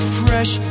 fresh